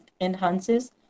enhances